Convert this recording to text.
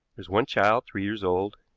is one child, three years old.